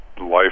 life